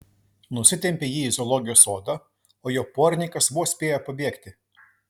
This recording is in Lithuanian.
nusitempė jį į zoologijos sodą o jo porininkas vos spėjo pabėgti